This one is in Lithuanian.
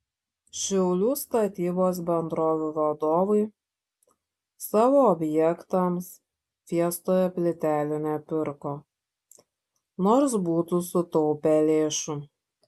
šiaulių statybos bendrovių vadovai savo objektams fiestoje plytelių nepirko nors būtų sutaupę lėšų